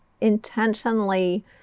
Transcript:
intentionally